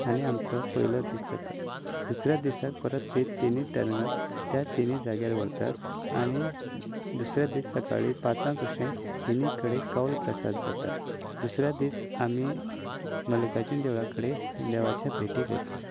आनी आमचो पयलो दीस जाता दुसऱ्या दिसा परत तींच तिनी तरंगां त्या तिनी जाग्यांर व्हरतात आनी दुसऱ्या दीस सकाळीं पांचांक अशें तिनी कडेन कौल प्रसाद जाता दुसऱ्या दीस आमी मल्लिकार्जून देवळा कडेन देवाच्या भेटीक वतात